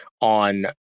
on